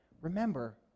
remember